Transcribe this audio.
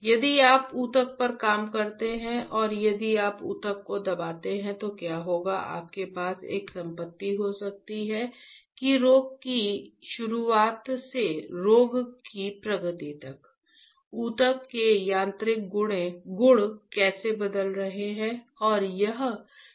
यदि आप ऊतक पर काम करते हैं और यदि आप ऊतक को दबाते हैं तो क्या होगा आपके पास एक संपत्ति हो सकती है कि रोग की शुरुआत से रोग की प्रगति तक ऊतक के यांत्रिक गुण कैसे बदल रहे हैं